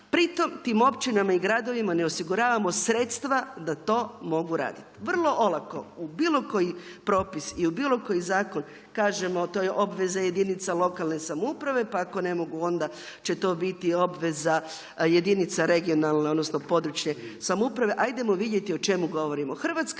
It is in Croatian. Pritom tim općinama i gradovima ne osiguravamo sredstva da to mogu raditi. Vrlo olako u bilo koji propis i u bilo koji zakon kažemo to je obveza jedinica lokalne samouprave, pa ako ne mogu onda će to biti obveza jedinica regionalne, odnosno područne samouprave. A idemo vidjeti o čemu govorimo. Hrvatska